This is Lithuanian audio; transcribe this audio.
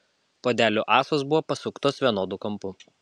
puodelių ąsos buvo pasuktos vienodu kampu